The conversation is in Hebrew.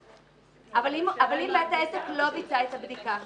אבל אם בית העסק לא ביצע את הבדיקה?